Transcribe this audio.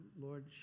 Lord